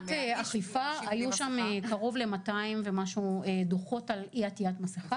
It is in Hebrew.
מבחינת אכיפה היו שם קרוב ל-200 ומשהו דוחות על אי עטיית מסכה.